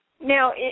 Now